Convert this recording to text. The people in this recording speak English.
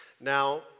Now